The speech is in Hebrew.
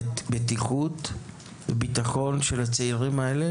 בטיחות וביטחון של הצעירים האלה